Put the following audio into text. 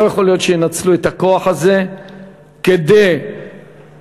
לא יכול להיות שינצלו את הכוח הזה כדי להשבית